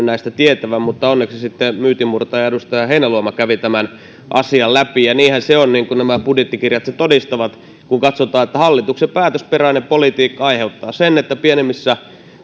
näistä tietävän mutta onneksi sitten myytinmurtaja edustaja heinäluoma kävi tämän asian läpi ja niinhän se on niin kuin nämä budjettikirjat todistavat kun katsotaan että hallituksen päätösperäinen politiikka aiheuttaa sen että pienemmissä